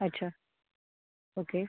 अच्छा ओके